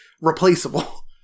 replaceable